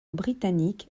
britannique